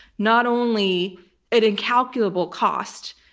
not only an incalculable cost.